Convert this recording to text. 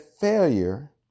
failure